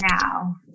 now